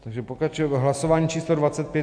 Takže pokračujeme hlasováním číslo dvacet pět.